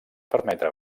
permetre